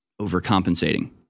overcompensating